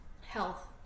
health